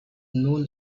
known